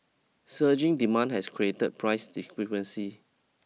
surging demand has created price discrepancies